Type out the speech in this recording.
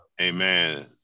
Amen